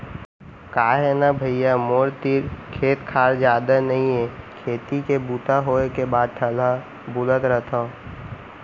का हे न भइया मोर तीर खेत खार जादा नइये खेती के बूता होय के बाद ठलहा बुलत रथव